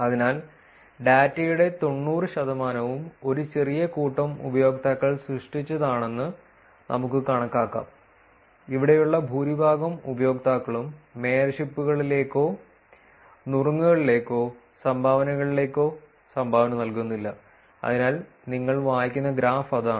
അതിനാൽ ഡാറ്റയുടെ 90 ശതമാനവും ഒരു ചെറിയ കൂട്ടം ഉപയോക്താക്കൾ സൃഷ്ടിച്ചതാണെന്ന് നമുക്ക് കണക്കാക്കാം ഇവിടെയുള്ള ഭൂരിഭാഗം ഉപയോക്താക്കളും മേയർഷിപ്പുകളിലേക്കോ നുറുങ്ങുകളിലേക്കോ സംഭാവനകളിലേക്കോ സംഭാവന നൽകുന്നില്ല അതിനാൽ നിങ്ങൾ വായിക്കുന്ന ഗ്രാഫ് അതാണ്